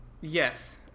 Yes